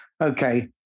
Okay